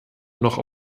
noch